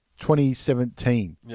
2017